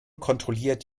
kontrolliert